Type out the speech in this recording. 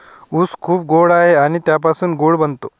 ऊस खूप गोड आहे आणि त्यापासून गूळ बनतो